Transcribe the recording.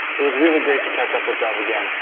it was really great to catch up with dov again,